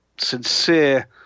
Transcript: sincere